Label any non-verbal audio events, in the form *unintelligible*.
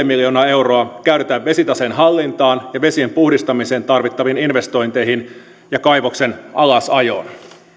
*unintelligible* miljoonaa euroa käytetään vesitaseen hallintaan ja vesien puhdistamiseen tarvittaviin investointeihin ja kaivoksen alasajoon